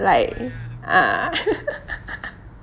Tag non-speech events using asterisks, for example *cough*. like ah *laughs*